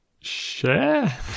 Share